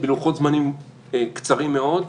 בלוחות זמנים קצרים מאוד.